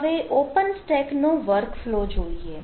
હવે OpenStack નો workflow જોઈએ